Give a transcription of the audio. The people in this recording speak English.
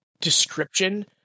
Description